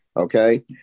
Okay